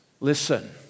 Listen